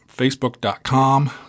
Facebook.com